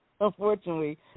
unfortunately